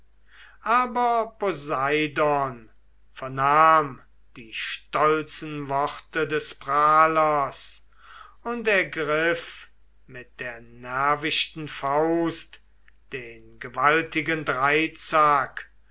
aber poseidon vernahm die stolzen worte des prahlers und ergriff mit der nervichten faust den gewaltigen dreizack